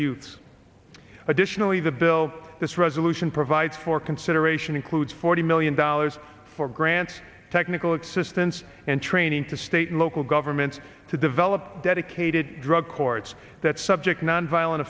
youths additionally the bill this resolution provides for consideration includes forty million dollars for grants technical existence and training to state and local governments to develop dedicated drug courts that subject nonviolent